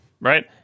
right